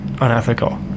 unethical